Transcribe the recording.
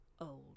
old